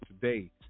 today